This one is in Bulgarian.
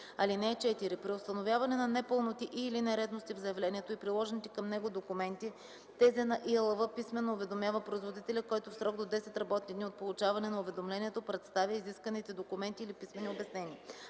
(4) При установяване на непълноти и/или нередности в заявлението и приложените към него документи ТЗ на ИАЛВ писмено уведомява производителя, който в срок до 10 работни дни от получаване на уведомлението представя изисканите документи или писмени обяснения.